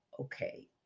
okay